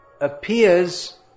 appears